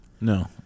No